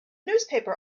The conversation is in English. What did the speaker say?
newspaper